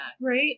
Right